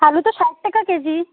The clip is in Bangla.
আলু তো ষাট টাকা কেজি